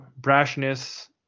brashness